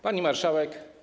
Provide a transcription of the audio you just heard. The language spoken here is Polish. Pani Marszałek!